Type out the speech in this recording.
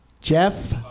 Jeff